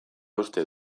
uste